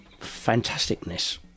fantasticness